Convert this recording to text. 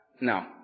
no